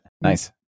nice